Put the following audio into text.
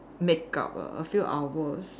makeup a a few hours